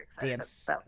Dance